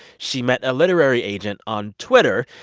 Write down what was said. she met a literary agent on twitter.